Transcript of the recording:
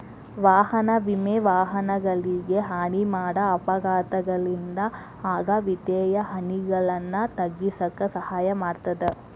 ವಾಹನ ವಿಮೆ ವಾಹನಗಳಿಗೆ ಹಾನಿ ಮಾಡ ಅಪಘಾತಗಳಿಂದ ಆಗ ವಿತ್ತೇಯ ಹಾನಿಗಳನ್ನ ತಗ್ಗಿಸಕ ಸಹಾಯ ಮಾಡ್ತದ